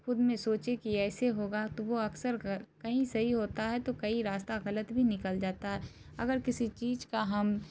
خود میں سوچی کہ یہ ایسے ہوگا تو وہ اکثر کہیں صحیح ہوتا ہے تو کئی راستہ غلط بھی نکل جاتا ہے اگر کسی چیز کا ہم